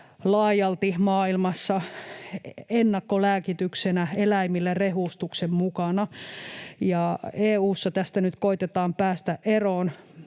laajalti maailmassa ennakkolääkityksenä eläimille rehustuksen mukana, ja EU:ssa tästä nyt koetetaan päästä eroon,